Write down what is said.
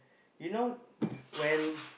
you know when